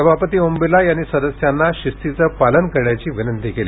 सभापती ओम बिर्ला यांनी सदस्यांनी शिस्तीचं पालन करण्याची विनंती केली